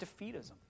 defeatism